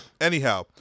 Anyhow